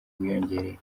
wiyongereye